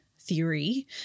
theory